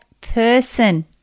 person